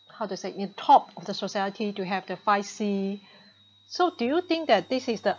how to say in top of the society to have the five C so do you think that this is the